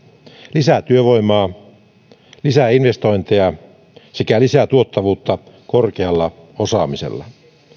lisää työvoimaa lisää investointeja sekä lisää tuottavuutta korkealla osaamisella